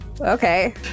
okay